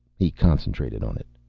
he concentrated on it.